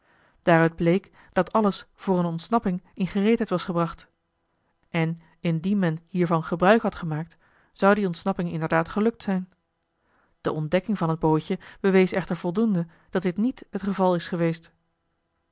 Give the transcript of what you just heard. daaruit bleek dat alles voor een ontsnapping in gereedheid was gebracht en indien men hiervan gebruik had gemaakt zou die ontsnapping inderdaad gelukt zijn de ontdekking van het bootje bewees echter voldoende dat dit niet het geval is geweest